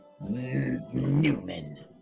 Newman